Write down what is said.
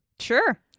Sure